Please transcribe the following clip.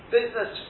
Business